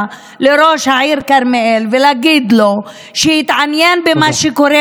לראש העיר כרמיאל ולהגיד לו שיתעניין במה שקורה